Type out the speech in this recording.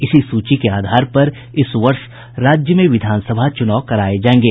इसी सूची के आधार पर इस वर्ष राज्य में विधानसभा चुनाव कराये जायेंगे